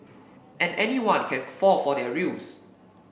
and anyone can fall for their ruse